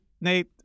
Nate